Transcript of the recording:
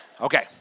Okay